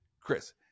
Chris